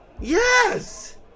Yes